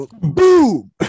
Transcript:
Boom